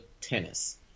tennis